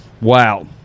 Wow